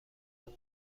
عربی